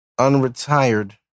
unretired